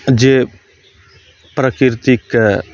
जे प्रकृतिकके